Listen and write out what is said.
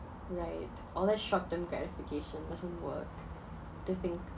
right all that short term gratification doesn't work to think